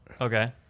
Okay